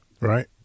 Right